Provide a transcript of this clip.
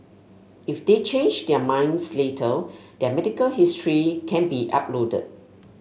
if they change their minds later their medical history can be uploaded